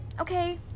okay